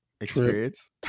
experience